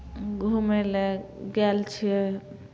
घूमय लेल गेल छियै